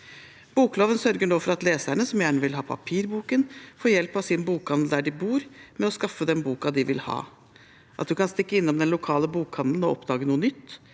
Bokloven sørger nå for at leserne som gjerne vil ha papirboken, får hjelp av sin bokhandel der de bor, med å skaffe den boken de vil ha, og for at man kan stikke innom den lokale bokhandelen og oppdage noe nytt,